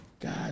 God